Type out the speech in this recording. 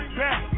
back